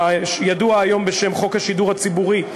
הידוע היום בשם חוק השידור הציבורי,